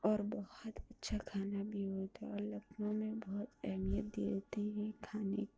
اور بہت اچھا کھانا بھی ہوتا ہے اور لکھنؤ میں بہت اہمیت دیتے ہیں کھانے